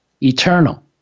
eternal